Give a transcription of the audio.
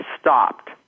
stopped